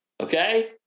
okay